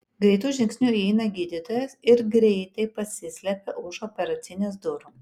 greitu žingsniu įeina gydytojas ir greitai pasislepia už operacinės durų